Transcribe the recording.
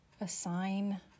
assign